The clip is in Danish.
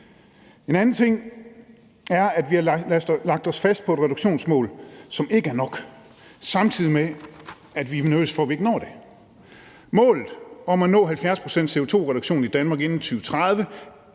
En anden ting er, at vi har lagt os fast på et reduktionsmål, som ikke er nok, samtidig med at vi er nervøse for, at vi ikke når det. Målet om at nå en CO2-reduktion på 70 pct. i Danmark inden 2030